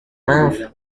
month